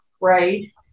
right